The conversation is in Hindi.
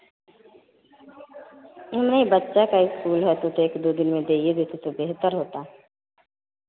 नहीं बच्चा का स्कूल है तो तो एक दो दिन में देइए देते तो बेहतर होता